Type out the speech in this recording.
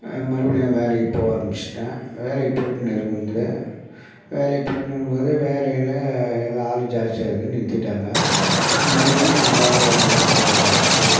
மறுபடியும் வேலைக்கு போக ஆரமிச்சுட்டேன் வேலைக்கு போய்கிட்டுனு இருந்தேன் வேலைக்கு போய்கிட்டுனு இருக்கும்போது வேலையில் இது ஆள் ஜாஸ்தியாகுதுன்னு நிறுத்திவிட்டாங்க மறுபடியும் நான் வேறு வேலைக்கு போக வேண்டியதாகிருச்சு